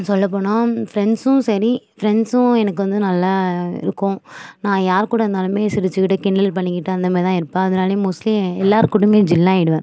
சொல்லப்போனால் ஃப்ரெண்ட்ஸும் சரி ஃப்ரெண்ட்ஸும் எனக்கு வந்து நல்லா இருக்கும் நான் யார் கூட இருந்தாலுமே சிரிச்சுக்கிட்டு கிண்டல் பண்ணிக்கிட்டு அந்த மேரி தான் இருப்பேன் அதனாலயே மோஸ்ட்லி எல்லாருக்கூடயுமே ஜெல் ஆயிடுவேன்